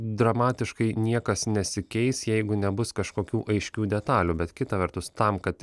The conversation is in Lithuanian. dramatiškai niekas nesikeis jeigu nebus kažkokių aiškių detalių bet kita vertus tam kad